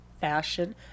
fashion